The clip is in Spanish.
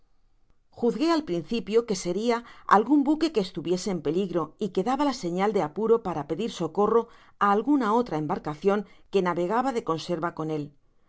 juzgué al principio que seria algun buque que estuviese en peligro y que daba la señal de apuro para pedir socorro á alguna otra embarcacion que navegaba de conserva con él